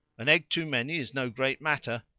an egg too many is no great matter,